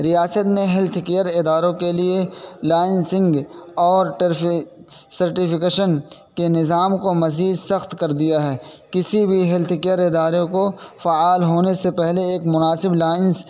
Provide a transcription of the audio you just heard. ریاست نے health care اداروں کے لیے لائنسنگ اور ٹرفی سرٹیفکیشن کے نظام کو مزید سخت کر دیا ہے کسی بھی ہیلتھ کیئر اداروں کو فعال ہونے سے پہلے ایک مناسب لائنس